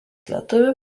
lietuvių